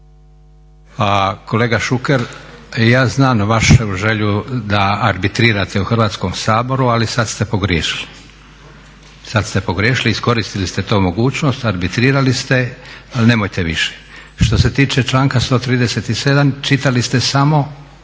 Kolega Šuker, ja znam vašu želju da arbitrirate u Hrvatskom saboru, ali sad ste pogriješili. Sad ste pogriješili, iskoristili ste tu mogućnost, arbitrirali ste, ali nemojte više. Što se tiče članka 137. čitali ste samo